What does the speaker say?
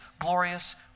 glorious